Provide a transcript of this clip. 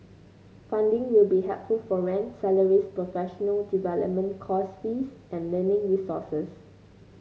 funding will be helpful for rent salaries professional development course fees and learning resources